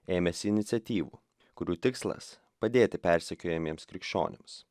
ėmėsi iniciatyvų kurių tikslas padėti persekiojamiems krikščionims